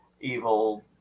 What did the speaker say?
evil